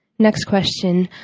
next question,